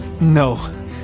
No